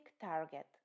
target